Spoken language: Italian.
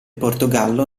portogallo